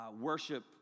worship